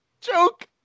joke